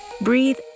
breathe